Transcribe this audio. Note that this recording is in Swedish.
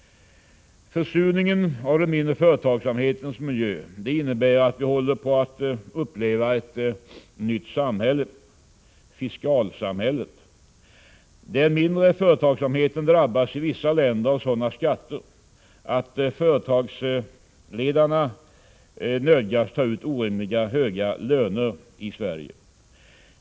Försurningen av den mindre företagsamhetens miljö innebär att vi håller på att uppleva ett nytt samhälle — fiskalsamhället. Den mindre företagsamheten drabbas i vissa lägen av sådana skatter att företagsledarna nödgas ta ut orimligt höga löner.